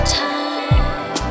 time